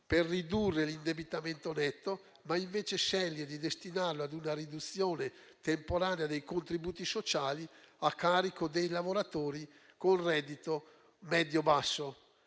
per ridurre l'indebitamento netto. Sceglie invece di destinarlo invece a una riduzione temporale dei contributi sociali a carico dei lavoratori con reddito medio-basso;